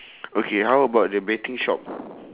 okay how about the betting shop